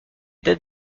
dates